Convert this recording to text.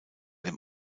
dem